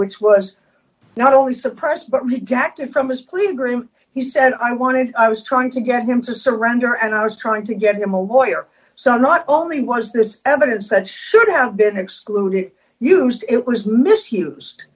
which was not only suppressed but rejected from his plea agreement he said i wanted i was trying to get him to surrender and i was trying to get him a lawyer so not only was this evidence that should have been excluded used it was misused